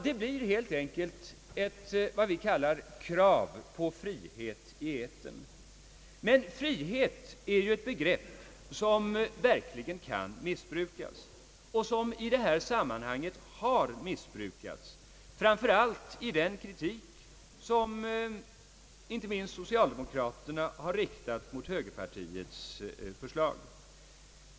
Det blir helt enkelt, vad vi kallar, ett krav på frihet i etern. Men frihet är ett begrepp som kan missbrukas och som i det här sammanhanget har missbrukats framför allt i den kritik, som inte minst socialdemokraterna har riktat mot högerpartiets förslag.